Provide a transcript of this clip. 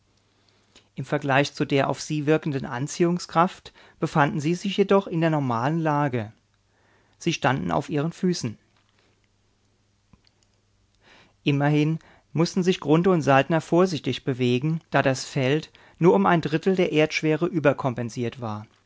im vergleich zu der auf sie wirkenden anziehungskraft befanden sie sich jedoch in der normalen lage sie standen auf ihren füßen immerhin mußten sich grunthe und saltner vorsichtig bewegen da das feld nur um ein drittel der erdschwere überkompensiert war